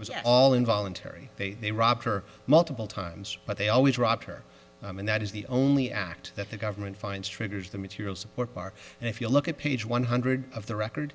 it was all involuntary they robbed her multiple times but they always robbed her and that is the only act that the government finds triggers the material support bar and if you look at page one hundred of the record